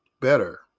better